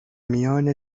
میان